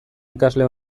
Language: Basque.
ikasle